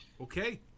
Okay